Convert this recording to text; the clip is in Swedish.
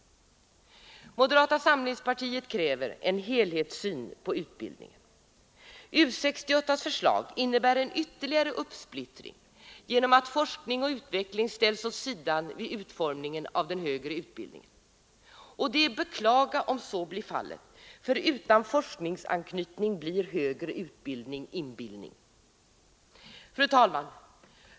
Moderata samlingspartiet kräver en helhetssyn på utbildningen. U 68:s förslag innebär en ytterligare uppsplittring genom att forskning och utveckling ställs åt sidan vid utformningen av den högre utbildningen. Det är att beklaga om så blir fallet, för utan forskningsanknytning blir högre utbildning inbillning. Fru talman!